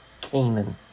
Canaan